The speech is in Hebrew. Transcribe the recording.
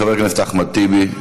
חבר הכנסת אחמד טיבי,